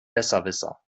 besserwisser